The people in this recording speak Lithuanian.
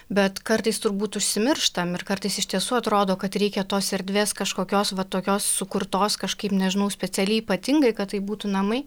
bet kartais turbūt užsimirštam ir kartais iš tiesų atrodo kad reikia tos erdvės kažkokios va tokios sukurtos kažkaip nežinau specialiai ypatingai kad tai būtų namai